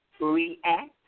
react